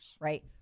Right